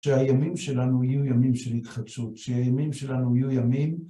שהימים שלנו יהיו ימים של התחדשות, שהימים שלנו יהיו ימים...